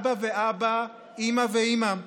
אבא ואבא, אימא ואימא.